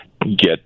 get